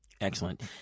Excellent